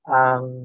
ang